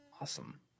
Awesome